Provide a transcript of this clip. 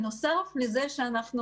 בנוסף לזה שאנחנו